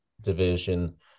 division